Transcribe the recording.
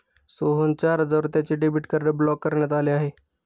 सोहनच्या अर्जावर त्याचे डेबिट कार्ड ब्लॉक करण्यात आले आहे